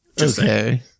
Okay